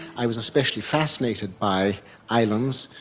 i was especially fascinated by islands,